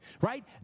right